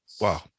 wow